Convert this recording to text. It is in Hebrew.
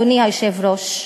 אדוני היושב-ראש.